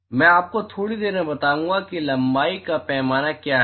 मैं आपको थोड़ी देर में बताऊंगा कि लंबाई का पैमाना क्या है